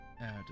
add